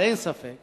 אבל אין ספק